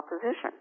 opposition